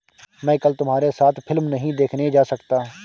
मैं कल तुम्हारे साथ फिल्म नहीं देखने जा सकता